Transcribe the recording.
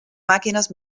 màquines